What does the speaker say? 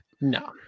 No